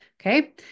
okay